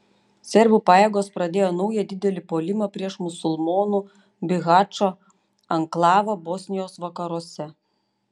serbų pajėgos pradėjo naują didelį puolimą prieš musulmonų bihačo anklavą bosnijos vakaruose